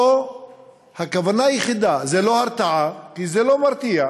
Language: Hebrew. פה הכוונה היחידה זה לא הרתעה, כי זה לא מרתיע,